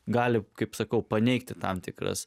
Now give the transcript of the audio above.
gali kaip sakau paneigti tam tikrus